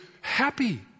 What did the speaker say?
happy